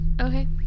Okay